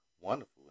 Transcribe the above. wonderful